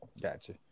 gotcha